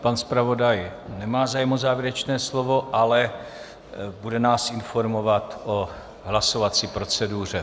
Pan zpravodaj nemá zájem o závěrečné slovo, ale bude nás informovat o hlasovací proceduře.